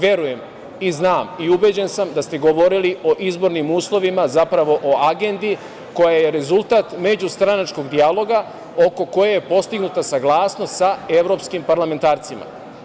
Verujem, znam i ubeđen sam da ste govorili o izbornim uslovima, zapravo o agendi koja je rezultat međustranačkog dijaloga oko koje je postignuta saglasnost sa evropskim parlamentarcima.